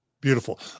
beautiful